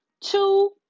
two